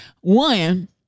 one